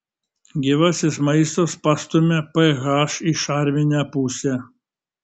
gyvasis maistas pastumia ph į šarminę pusę